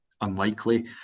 unlikely